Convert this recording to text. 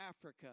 Africa